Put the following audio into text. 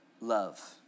love